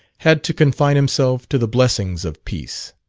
had to confine himself to the blessings of peace.